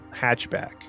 hatchback